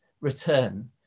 return